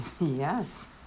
Yes